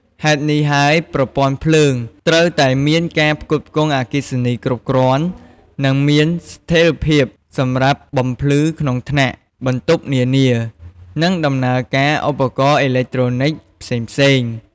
ហេតុនេះហើយប្រព័ន្ធភ្លើង ត្រូវតែមានការផ្គត់ផ្គង់អគ្គិសនីគ្រប់គ្រាន់ និងមានស្ថេរភាពសម្រាប់បំភ្លឺក្នុងថ្នាក់ បន្ទប់នានា និងដំណើរការឧបករណ៍អេឡិចត្រូនិកផ្សេងៗ។